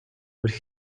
would